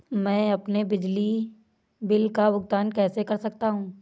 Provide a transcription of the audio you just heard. मैं अपने बिजली बिल का भुगतान कैसे कर सकता हूँ?